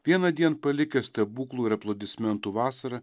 vienądien palikęs stebuklų ir aplodismentų vasarą